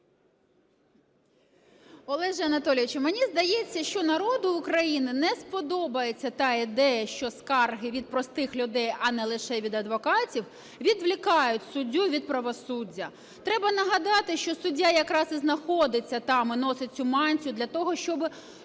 Олегу Анатолійовичу, мені здається, що народу України не сподобається та ідея, що скарги від простих людей, а не лише від адвокатів, відволікають суддю від правосуддя. Треба нагадати, що суддя якраз і знаходиться там і носить цю мантію для того, щоб